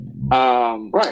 right